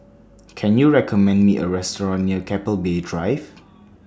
Can YOU recommend Me A Restaurant near Keppel Bay Drive